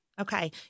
Okay